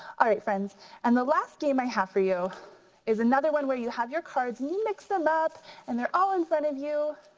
all right friends and the last game i have for you is another one where you have your cards, mix them up and they're all in front of you.